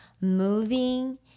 moving